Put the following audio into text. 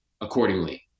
accordingly